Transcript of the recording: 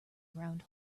round